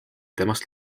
temast